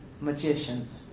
magicians